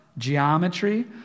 Geometry